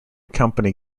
company